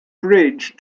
bridge